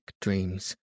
dreams